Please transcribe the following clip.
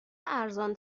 ارزان